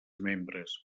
membres